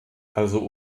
also